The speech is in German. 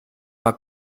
mal